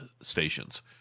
stations